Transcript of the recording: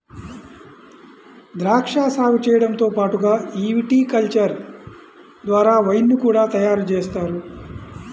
ద్రాక్షా సాగు చేయడంతో పాటుగా ఈ విటికల్చర్ ద్వారా వైన్ ని కూడా తయారుజేస్తారు